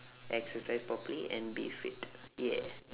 exercise properly and be fit !yay!